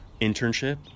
internship